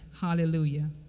hallelujah